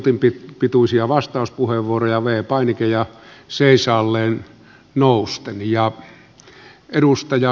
minuutin pituisia vastauspuheenvuoroja wee panicia seisaalleen nousten ja edustaja